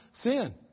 sin